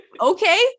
Okay